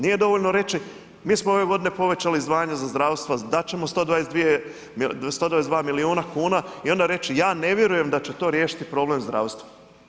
Nije dovoljno reći, mi smo ove godine povećali izdvajanja za zdravstvo, dati ćemo 122 milijuna kuna i onda reći ja ne vjerujem da će to riješiti problem zdravstva.